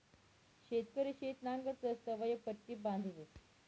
शेतकरी शेत नांगरतस तवंय पट्टी बांधतस